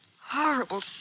horrible